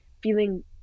feeling